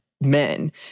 men